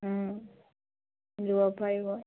পাৰিব